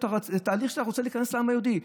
זה תהליך שאתה רוצה להיכנס בו לעם היהודי.